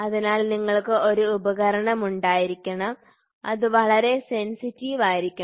അതിനാൽ നിങ്ങൾക്ക് ഒരു ഉപകരണം ഉണ്ടായിരിക്കണം അത് വളരെ സെൻസിറ്റീവ് ആയിരിക്കണം